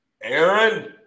Aaron